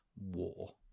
war